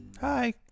Hi